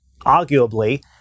arguably